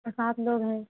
सात लोग हैं